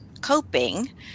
coping